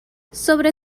sobre